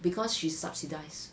because she's subsidized